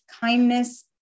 kindness